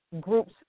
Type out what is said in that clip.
groups